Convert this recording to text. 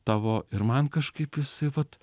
tavo ir man kažkaip jisai vat